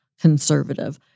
conservative